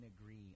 agree